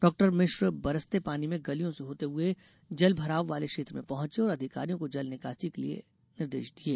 डॉ मिश्र बरसते पानी में गलियों से होते हुए जल भराव वाले क्षेत्र में पहुँचे और अधिकारियों को जल निकासी के लिये निर्देश दिये